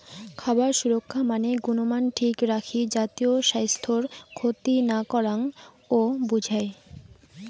খাবার সুরক্ষা মানে গুণমান ঠিক রাখি জাতীয় স্বাইস্থ্যর ক্ষতি না করাং ও বুঝায়